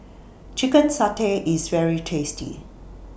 Chicken Satay IS very tasty